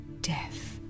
death